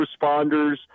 responders